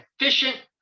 efficient